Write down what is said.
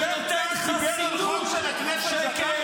שנותן חסינות --- יש רופא בכנסת?